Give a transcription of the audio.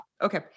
Okay